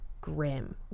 grim